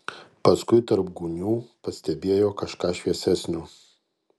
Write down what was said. paskui tarp gūnių pastebėjo kažką šviesesnio